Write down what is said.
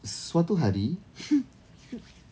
suatu hari